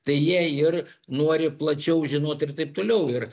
tai jie ir nori plačiau žinot ir taip toliau ir